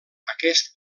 aquest